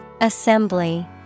Assembly